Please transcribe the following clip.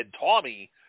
Tommy